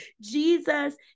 Jesus